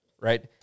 right